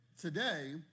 today